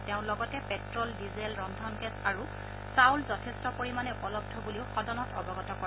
তেওঁ লগতে petrol diesel ৰন্ধন গেছ আৰু চাউল যথেষ্ট পৰিমানে উপলব্ধ বুলিও সদনক অৱগত কৰে